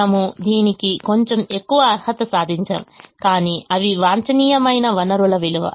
మనము దీనికి కొంచెం ఎక్కువ అర్హత సాధించాం కాని అవి వాంఛనీయమైన వనరుల విలువ